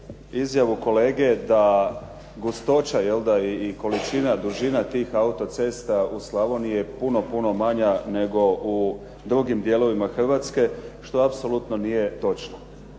izjavu kolege da gustoća jelda i količina, dužina tih autocesta u Slavoniji je puno, puno manja nego u drugim dijelovima Hrvatske, što apsolutno nije točno.